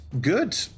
Good